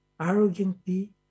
arrogantly